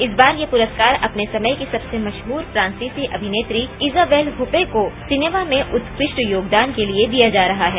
इस बार ये प्रस्कार अपने समय की सबसे मशहर फ्रांसीसी अभिनेत्री इजाबल हुपे को सिनेमा में उत्कृष्ट योगदान के लिए दिया जा रहा है